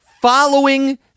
following